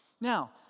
Now